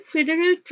Federal